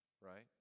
right